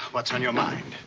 what's on your mind?